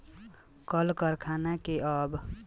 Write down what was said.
कल करखना के अब डीजल अउरी पेट्रोल से कमे चलावल जाता